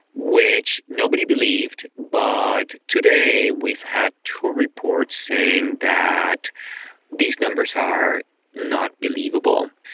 which nobody believed, but today we've had two reports saying that these numbers are not believable.